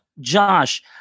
Josh